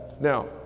Now